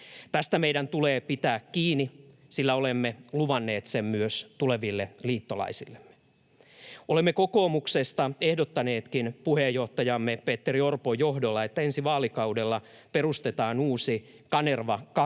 Tästä meidän tulee pitää kiinni, sillä olemme luvanneet sen myös tuleville liittolaisillemme. Olemme kokoomuksesta ehdottaneetkin puheenjohtajamme Petteri Orpon johdolla, että ensi vaalikaudella perustetaan uusi Kanerva